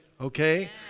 okay